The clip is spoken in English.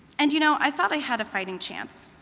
and you know, i thought i had a fighting chance.